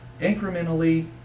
incrementally